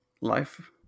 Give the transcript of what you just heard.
life